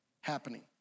happening